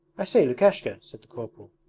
i say, lukashka said the corporal,